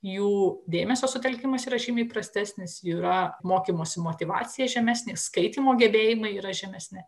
jų dėmesio sutelkimas yra žymiai prastesnis yra mokymosi motyvacija žemesnė skaitymo gebėjimai yra žemesni